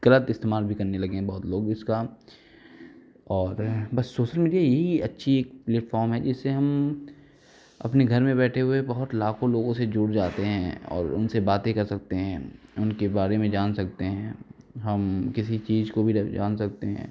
गलत इस्तेमाल भी करने लगे हैं बहुत लोग इसका और बस सोशल मीडिया यही अच्छी एक प्लेटफ़ॉम है जिससे हम अपने घर में बैठे हुए बहुत लाखों लोगों से जुड़ जाते हैं और उनसे बातें कर सकते हैं उनके बारे में जान सकते हैं हम किसी चीज को भी जान सकते हैं